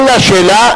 כל השאלה,